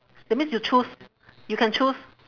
that means you choose you can choose